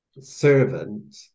servant